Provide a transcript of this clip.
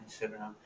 Instagram